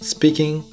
Speaking